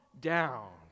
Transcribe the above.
down